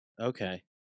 Okay